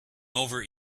over